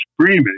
screaming